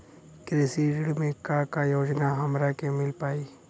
कृषि ऋण मे का का योजना हमरा के मिल पाई?